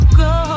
go